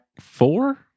four